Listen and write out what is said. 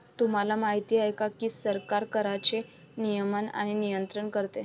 तुम्हाला माहिती आहे का की सरकार कराचे नियमन आणि नियंत्रण करते